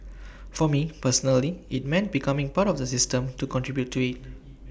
for me personally IT meant becoming part of the system to contribute to IT